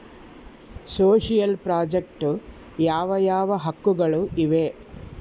Social project ಯಾವ ಯಾವ ಹಕ್ಕುಗಳು ಇವೆ?